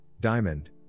Diamond